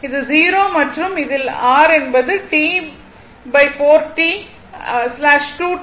இது 0 மற்றும் இதில் r என்பது T 4T 2T